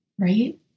Right